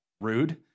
rude